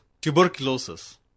tuberculosis